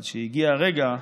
אבל כשהגיע הרגע,